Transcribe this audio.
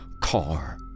car